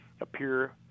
appear